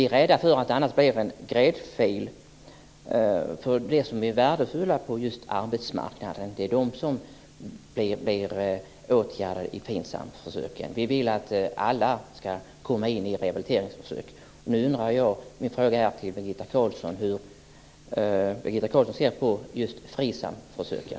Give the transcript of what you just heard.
Vi är rädda för att det annars kan bli en gräddfil för dem som är värdefulla på arbetsmarknaden, att det är de som blir åtgärdade i FINSAM-försöken. Vi vill att alla ska få vara med i rehabiliteringsförsök. Min fråga till Birgitta Carlsson är hur hon ser på just FRISAM-försöken.